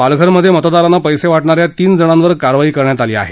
पालघरमध्ये मतदारांना पर्सीवाज्ञान्या तीन जणांवर कारवाई करण्यात आली आहे